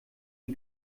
die